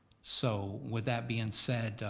so, with that being said,